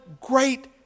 great